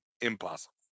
impossible